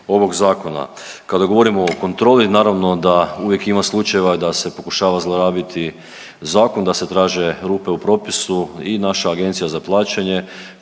ovog zakona. Kada govorimo o kontroli, naravno da uvijek ima slučajeva da se pokušava zlorabiti zakon, da se traže rupe u propisu i naša Agencija za plaćanje